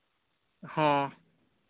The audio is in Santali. ᱦᱮᱸ